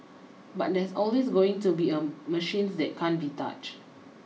but there's always going to be a machines that can't be touched